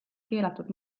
keelatud